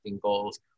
goals